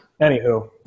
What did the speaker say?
Anywho